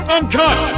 Uncut